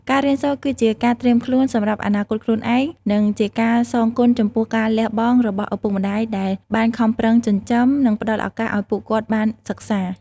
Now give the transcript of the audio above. ការរៀនសូត្រគឺជាការត្រៀមខ្លួនសម្រាប់អនាគតខ្លួនឯង និងជាការសងគុណចំពោះការលះបង់របស់ឪពុកម្ដាយដែលបានខំប្រឹងចិញ្ចឹម និងផ្ដល់ឱកាសឲ្យពួកគាត់បានសិក្សា។